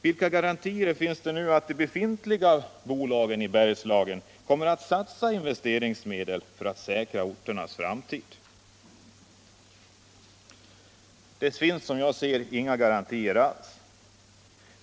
Vilka garantier finns att de nu befintliga bolagen i Bergslagen kommer att satsa investeringsmedel för att säkra orternas framtid? Det finns, som jag ser det, inga garantier alls.